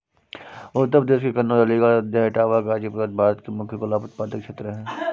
उत्तर प्रदेश के कन्नोज, अलीगढ़, अयोध्या, इटावा, गाजीपुर आदि भारत के मुख्य गुलाब उत्पादक क्षेत्र हैं